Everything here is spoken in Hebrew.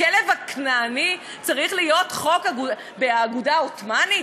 הכלב הכנעני צריך להיות בחוק אגודה עות'מאנית?